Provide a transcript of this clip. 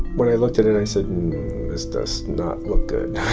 when i looked at it i said this does not look good.